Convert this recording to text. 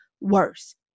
worse